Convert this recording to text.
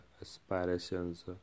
aspirations